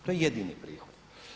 To je jedini prihod.